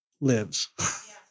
lives